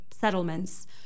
settlements